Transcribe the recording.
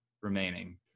remaining